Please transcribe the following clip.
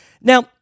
Now